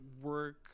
work